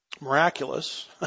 miraculous